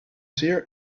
zeer